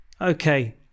okay